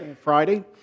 Friday